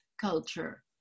culture